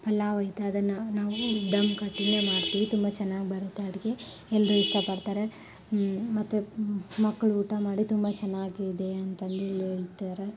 ಪಲಾವು ಇಂಥದ್ದನ್ನು ನಾವು ಧಮ್ ಕಟ್ಟಿಯೇ ಮಾಡ್ತೀವಿ ತುಂಬ ಚೆನ್ನಾಗಿ ಬರುತ್ತೆ ಅಡುಗೆ ಎಲ್ಲರೂ ಇಷ್ಟಪಡ್ತಾರೆ ಮತ್ತು ಮಕ್ಕಳು ಊಟ ಮಾಡಿ ತುಂಬ ಚೆನ್ನಾಗಿದೆ ಅಂತಂದೇಳಿ ಹೇಳ್ತಾರೆ